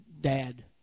dad